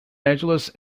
angeles